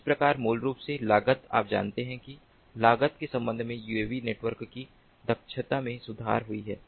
इस प्रकार मूल रूप से लागत आप जानते हैं कि लागत के संबंध में यूएवी नेटवर्क की दक्षता में सुधार हुई है